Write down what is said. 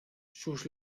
sus